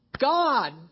God